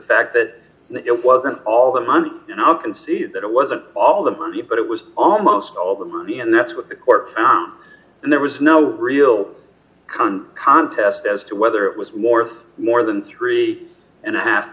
fact that it wasn't all the money you know i'll concede that it wasn't all the money but it was almost all the money and that's what the court and there was no real contest as to whether it was more more than three and a half